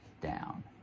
down